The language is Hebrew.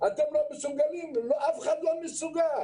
אתם לא מסוגלים, אף אחד לא מסוגל.